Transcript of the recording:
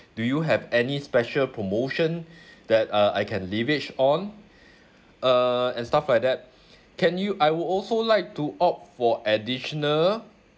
do you have any special promotion that uh I can leverage on uh and stuff like that can you I would also like to opt for additional